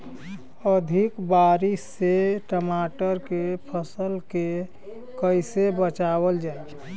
अधिक बारिश से टमाटर के फसल के कइसे बचावल जाई?